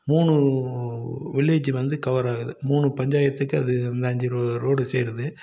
மூணு வில்லேஜு வந்து கவர் ஆகுது மூணு பஞ்சாயத்துக்கு அது அந்த அஞ்சு ரோ ரோடு சேருது